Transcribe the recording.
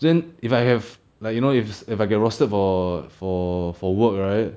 then if I have like you know if if I get rostered for for for work right